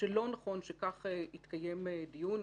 שלא נכון שכך יתקיים דיון,